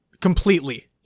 completely